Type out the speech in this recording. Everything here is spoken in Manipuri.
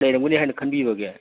ꯂꯩꯔꯝꯒꯅꯦ ꯍꯥꯏꯅ ꯈꯟꯕꯤꯕꯒꯦ